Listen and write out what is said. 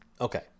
Okay